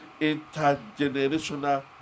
intergenerational